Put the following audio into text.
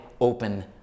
open